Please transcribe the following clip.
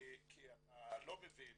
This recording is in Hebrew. כי אתה לא מבין